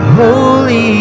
holy